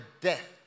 death